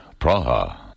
Praha